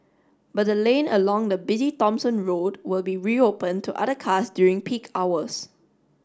but the lane along the busy Thomson Road will be reopened to other cars during peak hours